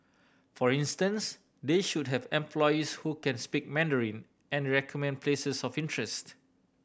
for instance they should have employees who can speak Mandarin and recommend places of interest